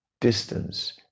distance